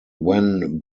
when